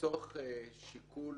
לצורך שיקול